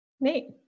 Neat